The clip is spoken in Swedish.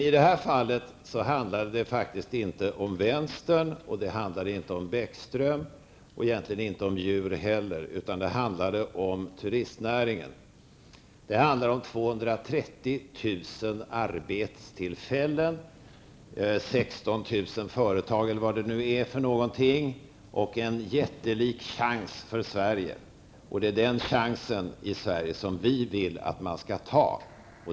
I detta fall handlar det faktiskt inte om vänstern, det handlar inte om Bäckström, och egentligen inte om djur heller, utan det handlar om turistnäringen. Det handlar om 230 000 arbetstillfällen, 16 000 företag, eller vad det nu är, och en jättelik chans för Sverige. Det är den chansen som vi vill att man skall ta.